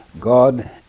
God